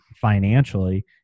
financially